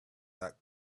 that